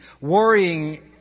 worrying